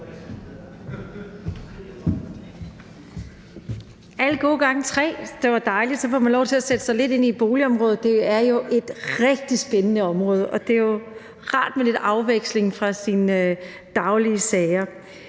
Alle gode gange tre, det var dejligt, så får man lov til at sætte sig lidt ind i boligområdet. Det er jo et rigtig spændende område, og det er jo rart med lidt afveksling fra sine daglige sager.